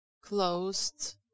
closed